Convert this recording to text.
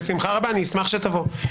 בשמחה רבה, אני אשמח שתבוא.